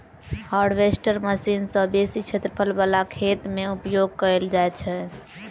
harvester machine सॅ बेसी क्षेत्रफल बला खेत मे उपयोग कयल जाइत छै